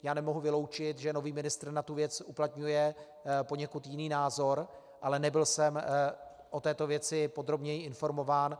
Já nemohu vyloučit, že nový ministr na tu věc uplatňuje poněkud jiný názor, ale nebyl jsem o této věci podrobněji informován.